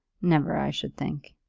never, i should think,